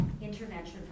intervention